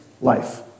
life